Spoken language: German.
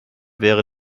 wäre